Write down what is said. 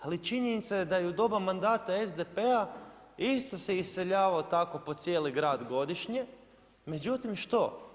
Ali činjenica je da i u doba mandata SDP-a isto se iseljavao tako po cijeli grad godišnje, međutim što?